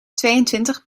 tweeëntwintig